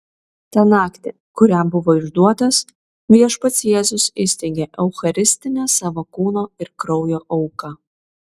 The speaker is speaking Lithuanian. tą naktį kurią buvo išduotas viešpats jėzus įsteigė eucharistinę savo kūno ir kraujo auką